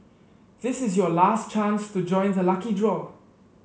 this is your last chance to join the lucky draw